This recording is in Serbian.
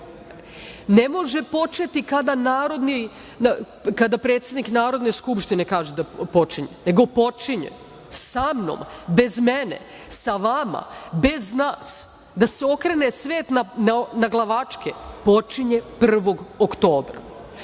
Ne može početi kada predsednik Narodne skupštine kaže da počinje, nego počinje sa mnom, bez mene, sa vama, bez nas, da se okrene svet naglavačke, počinje 1. oktobra.